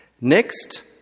Next